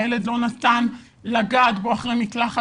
הילד לא נתן לגעת בו אחרי מקלחת,